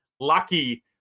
lucky